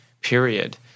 period